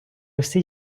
всі